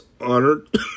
honored